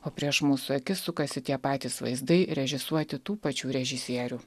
o prieš mūsų akis sukasi tie patys vaizdai režisuoti tų pačių režisierių